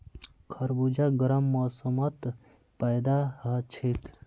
खरबूजा गर्म मौसमत पैदा हछेक